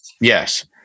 Yes